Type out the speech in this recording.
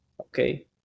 Okay